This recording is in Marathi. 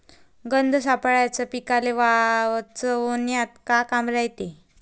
गंध सापळ्याचं पीकाले वाचवन्यात का काम रायते?